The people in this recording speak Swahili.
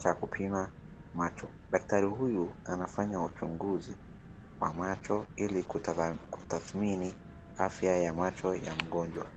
cha kupima macho, daktari huyu anafanya uchunguzi wa macho ili kutadhimini afya ya macho ya mgonjwa.